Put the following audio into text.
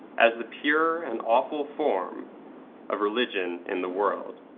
as the pure and awful form of religion in the world.